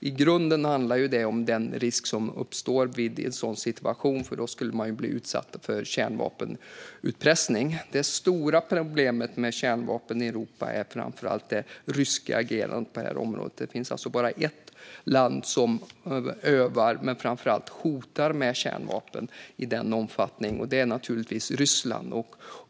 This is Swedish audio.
I grunden handlar det om den risk som uppstår i en situation då man blir utsatt för kärnvapenutpressning. Det stora problemet med kärnvapen i Europa är det ryska agerandet på det här området. Det finns bara ett land som övar, och framför allt hotar, med kärnvapen, och det är Ryssland.